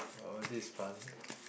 oh this fun